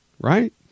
right